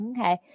Okay